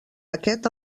aquest